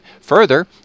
further